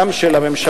גם של הממשלה,